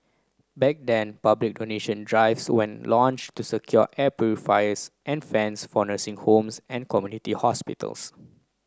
back then public donation drives when launched to secure air purifiers and fans for nursing homes and community hospitals